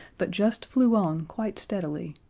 but just flew on quite steadily.